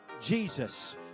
Jesus